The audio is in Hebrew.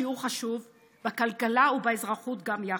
שיעור חשוב בכלכלה ובאזרחות גם יחד.